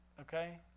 Okay